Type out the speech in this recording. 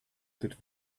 good